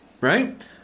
right